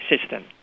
system